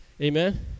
Amen